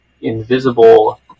invisible